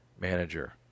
manager